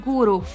Guru